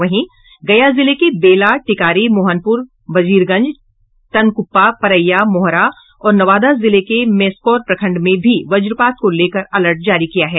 वहीं गया जिले के बेला टिकारी मोहनपुर वजीरगंज टनकुप्पा परैया मोहरा और नवादा जिले के मेस्कौर प्रखंड में भी वज़पात को लेकर अलर्ट जारी किया गया है